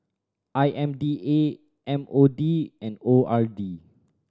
I M D A M O D and O R D